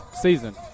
season